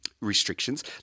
Restrictions